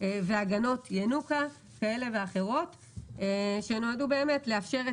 והגנות ינוקא כאלה ואחרות שנועדו באמת לאפשר את